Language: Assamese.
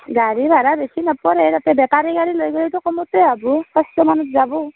গাড়ীৰ ভাৰা বেছি নপৰে তাতে বেটাৰী গাড়ী লৈ গ'লেতো কমতে হ'ব পাঁচশ মানত যাব